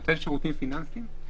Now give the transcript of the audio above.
נותן שירותים פיננסיים?